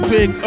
Big